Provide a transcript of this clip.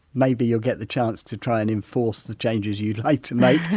maybe you'll get the chance to try and enforce the changes you'd like to make.